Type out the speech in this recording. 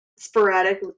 Sporadic